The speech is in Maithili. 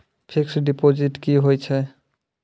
फिक्स्ड डिपोजिट की होय छै?